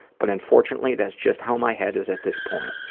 but unfortunately that's just how my head is at this point.